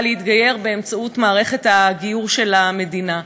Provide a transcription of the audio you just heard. להתגייר באמצעות מערכת הגיור של המדינה.